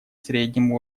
средним